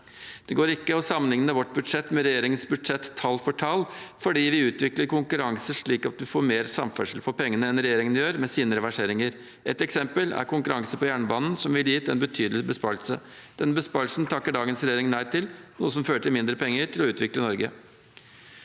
Det går ikke å sammenligne vårt budsjett med regjeringens budsjett tall for tall, for vi utvikler konkurranse slik at vi får mer samferdsel for pengene enn regjeringen gjør med sine reverseringer. Et eksempel er konkurranse på jernbanen, som ville gitt en betydelig besparelse. Denne besparelsen takker dagens regjering nei til, noe som fører til mindre penger til å utvikle Norge